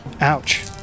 ouch